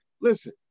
Listen